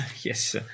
Yes